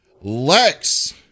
lex